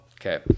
Okay